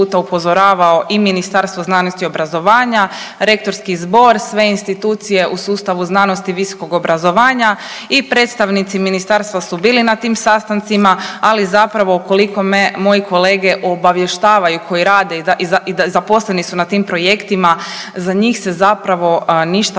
upozoravao i Ministarstvo znanosti i obrazovanja, Rektorski zbor sve institucije u sustavu znanosti i visokog obrazovanja i predstavnici ministarstva su bili na tim sastancima, ali zapravo koliko me moji kolege obavještavaju koji rade i zaposleni su na tim projektima za njih se zapravo ništa